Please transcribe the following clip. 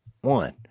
one